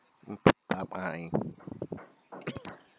bye bye